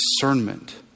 discernment